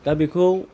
दा बेखौ